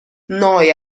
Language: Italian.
noi